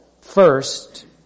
First